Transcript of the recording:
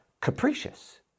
capricious